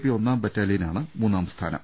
P ഒന്നാം ബറ്റാലിയനാണ് മൂന്നാം സ്ഥാനം